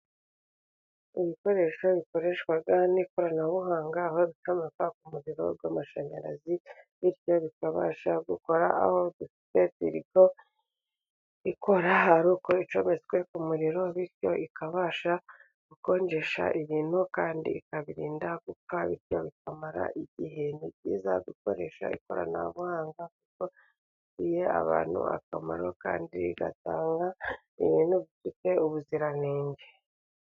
Ibikoresho bikoreshwa n'ikoranabuhanga babicomeka ku muriro w'amashanyarazi bityo bikabasha gukora, aho dufite firigo ikora ari uko icometswe ku muririro bityo ikabasha gukonjesha ibintu kandi ikabirinda gupfa bityo bikamara igihe, ni byiza gukoresha ikoranabuhanga kuko bifitiye abantu akamaro kandi igatanga ibintu bifite ubuziranenge.